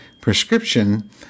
prescription